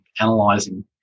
analyzing